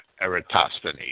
Eratosthenes